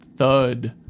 Thud